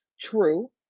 true